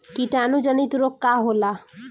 कीटाणु जनित रोग का होला?